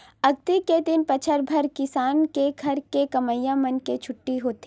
अक्ती के दिन बछर भर किसान के घर के कमइया मन के छुट्टी होथे